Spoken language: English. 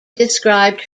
described